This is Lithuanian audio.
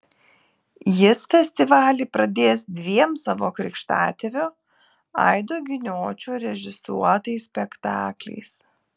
jis festivalį pradės dviem savo krikštatėvio aido giniočio režisuotais spektakliais